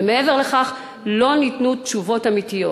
ומעבר לכך לא ניתנו תשובות אמיתיות.